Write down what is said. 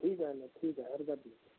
ठीक आहे ना ठीक आहे हरकत नाही